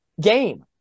Game